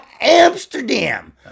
Amsterdam